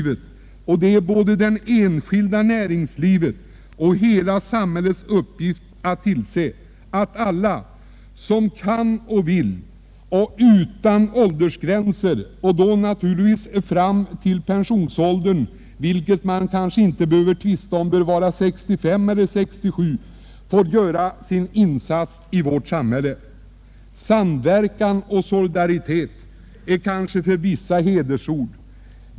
Det är både det enskilda näringslivets och hela samhällets uppgift att se till att alla som kan och vill, utan åldersgränser givetvis fram till pensionsåldern — om den bör vara 65 eller 67 år kanske vi inte behöver tvista om — får göra sin insats i vårt samhälle. Samverkan och solidaritet är för vissa hedersord.